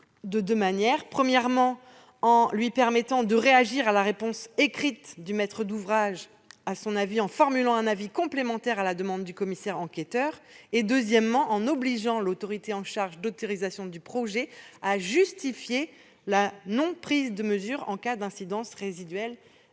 de deux manières : premièrement, en lui permettant de réagir à la réponse écrite du maître d'ouvrage à son avis en formulant un avis complémentaire à la demande du commissaire enquêteur ; deuxièmement, en obligeant l'autorité chargée de l'autorisation du projet à justifier la non-prise de mesures en cas d'incidences résiduelles